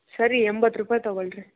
ಸರಿ ಎಂಬತ್ತು ರೂಪಾಯಿ ತಗೊಳ್ಳಿರಿ